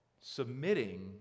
Submitting